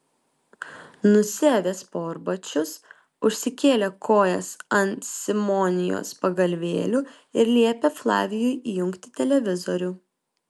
nusiavė sportbačius užsikėlė kojas ant simonijos pagalvėlių ir liepė flavijui įjungti televizorių